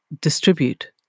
distribute